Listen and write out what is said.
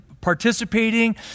Participating